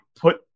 put